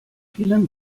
vielen